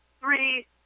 three